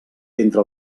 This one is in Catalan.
entre